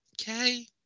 Okay